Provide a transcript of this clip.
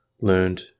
learned